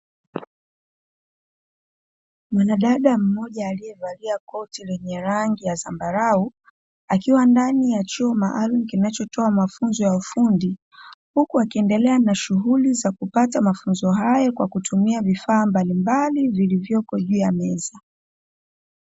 Mwanadada mmoja aliyevalia koti lenye rangi ya zambarau akiwa ndani ya chuo maalumu kinachotoa mafunzo ya ufundi huku akiendelea na shughuli za kupata mafunzo hayo kwa kutumia vifaa mbalimbali vilivyoko juu ya meza.